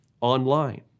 online